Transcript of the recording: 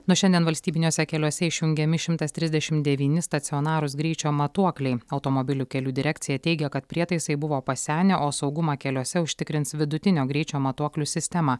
nuo šiandien valstybiniuose keliuose išjungiami šimtas trisdešimt devyni stacionarūs greičio matuokliai automobilių kelių direkcija teigia kad prietaisai buvo pasenę o saugumą keliuose užtikrins vidutinio greičio matuoklių sistemą